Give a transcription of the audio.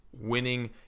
winning